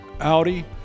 Audi